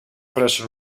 presso